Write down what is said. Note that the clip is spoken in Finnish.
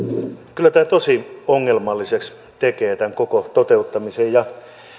kyllä tämä tosi ongelmalliseksi tekee tämän koko toteuttamisen